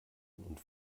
und